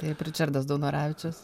taip ričardas daunoravičius